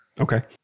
Okay